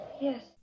Yes